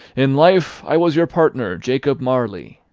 in life i was your partner, jacob marley.